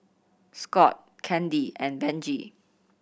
Scot Candi and Benji